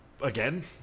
again